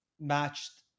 matched